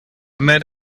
met